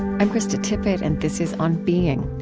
i'm krista tippett and this is on being.